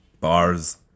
Bars